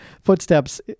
footsteps